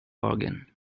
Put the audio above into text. bargain